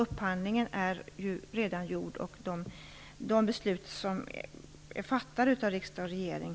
Upphandlingen är ju redan gjord, och det är litet sent att nu ändra på de beslut som är fattade av riksdag och regering.